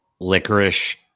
licorice